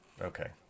Okay